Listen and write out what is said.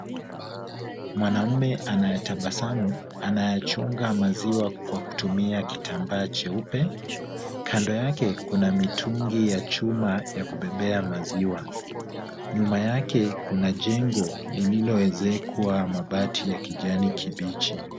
Mwanaume anayetabasamu anayechonga maziwa kwa kutumia kitambaa cheupe. Kando yake kuna mitungi ya chuma ya kubebea maziwa. Nyuma yake kuna jengo lililoezekwa mabati ya kijani kibichi.